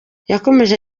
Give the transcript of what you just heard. yakomeje